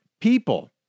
people